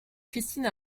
christine